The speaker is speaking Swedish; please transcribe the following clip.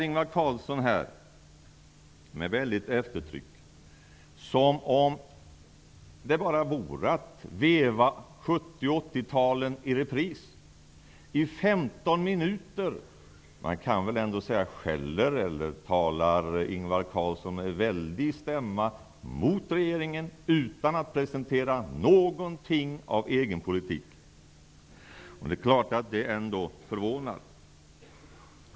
Ingvar Carlsson talar här med stort eftertryck som om det bara vore att veva 70 och 80-talet i repris. I 15 minuter skällde eller möjligen talade Ingvar Carlsson med väldig stämma mot regeringen utan att presentera någon form av egen politik. Det är förvånande.